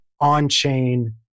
on-chain